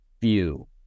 view